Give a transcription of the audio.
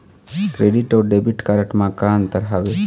Credit अऊ debit card म का अंतर हावे?